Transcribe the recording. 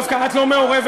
דווקא את לא מעורבת,